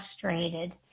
frustrated